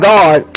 God